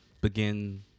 begin